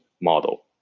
model